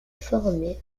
formé